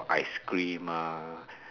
ice cream ah